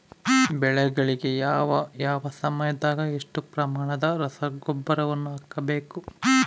ಬೆಳೆಗಳಿಗೆ ಯಾವ ಯಾವ ಸಮಯದಾಗ ಎಷ್ಟು ಪ್ರಮಾಣದ ರಸಗೊಬ್ಬರವನ್ನು ಹಾಕಬೇಕು?